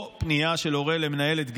או פנייה של הורה למנהלת גן,